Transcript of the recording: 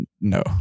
no